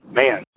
man